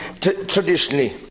traditionally